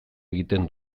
egiten